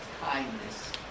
kindness